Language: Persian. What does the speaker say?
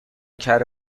کره